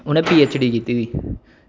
उनें P H D कीती दी